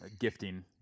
gifting